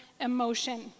emotion